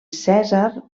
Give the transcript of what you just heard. cèsar